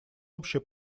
общее